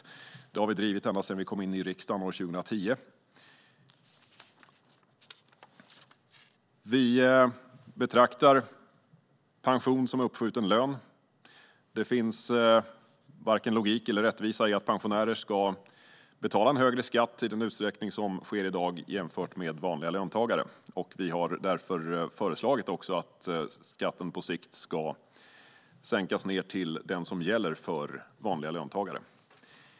Detta har vi drivit ända sedan vi kom in i riksdagen år 2010. Vi betraktar pension som uppskjuten lön. Det finns varken logik eller rättvisa i att pensionärer ska betala en högre skatt än vanliga löntagare i den utsträckning som sker i dag. Vi har därför föreslagit att skatten på sikt ska sänkas till den som gäller för vanliga löntagare.